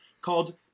called